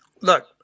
look